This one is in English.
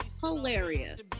Hilarious